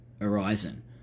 horizon